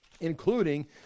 including